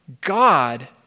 God